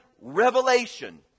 revelation